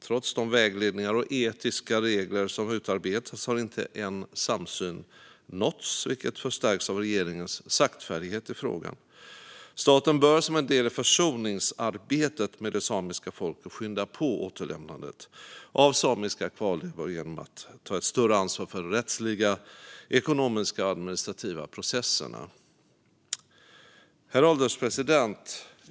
Trots de vägledningar och etiska regler som utarbetats har inte en samsyn nåtts, vilket förstärks av regeringens saktfärdighet i frågan. Staten bör, som en del i försoningsarbetet med det samiska folket, skynda på återlämnandet av samiska kvarlevor genom att ta ett större ansvar för de rättsliga, ekonomiska och administrativa processerna. Herr ålderspresident!